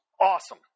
awesome